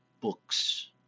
books